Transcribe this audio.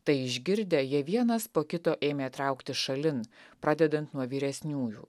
tai išgirdę jie vienas po kito ėmė trauktis šalin pradedant nuo vyresniųjų